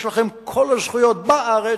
יש לכם כל הזכויות בארץ.